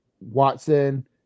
Watson